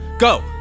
Go